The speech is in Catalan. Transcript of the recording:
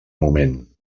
moment